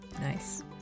nice